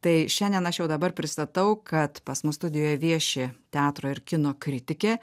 tai šiandien aš jau dabar pristatau kad pas mus studijoje vieši teatro ir kino kritikė